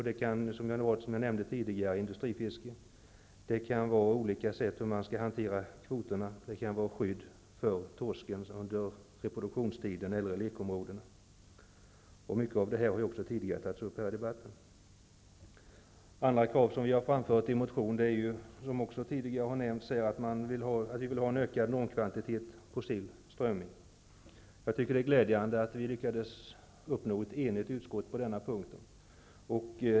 Det kan vara industrifiske, som jag nämnde tidigare, det kan vara olika sätt att hantera kvoterna, det kan vara skydd för torsken under reproduktionstiden eller lekområdena. Mycket av detta har också tagits upp tidigare här i debatten. Andra krav som vi har framfört i motion och som också har nämnts här tidigare är att vi vill ha en ökad normkvantitet på sill och strömming. Jag tycker att det är glädjande att vi lyckats uppnå enighet i utskottet på den punkten.